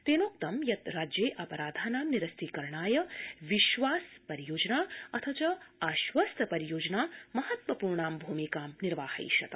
तेनोक्तं यत् राज्ये अपराधानां निरस्तीकरणाय विश्वास परियोजना अथ च आश्वस्त परियोजना महत्वपूर्णां भूमिकां निर्वाहयिष्यत